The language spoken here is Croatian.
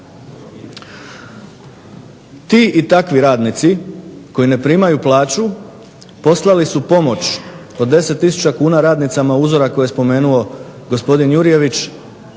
Ti i takvi radnici koji ne primaju plaću poslali su pomoć od 10 tisuća kuna radnicama uzora koje je spomenuo gospodin Jurjević,